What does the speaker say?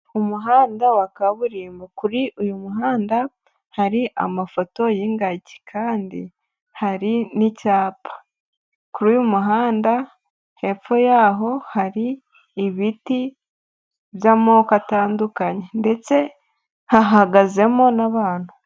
Ku muhanda wa kaburimbo. Kuri uyu muhanda hari amafoto y'ingagi kandi hari n'icyapa. Kuriuyu muhanda hepfo yaho hari ibiti by'amoko atandukanye ndetse hahagazemo n'abantu.